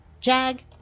Jag